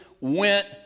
went